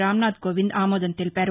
రాంనాథ్ కోవింద్ ఆమోదం తెలిపారు